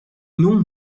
non